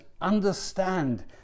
understand